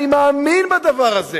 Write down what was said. אני מאמין בדבר הזה.